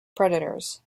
predators